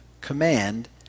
Command